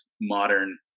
modern